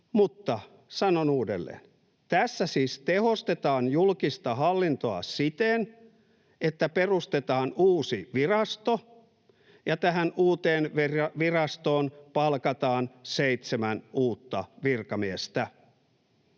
mutta sanon uudelleen: tässä siis tehostetaan julkista hallintoa siten, että perustetaan uusi virasto, ja tähän uuteen virastoon palkataan seitsemän uutta virkamiestä.